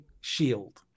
shield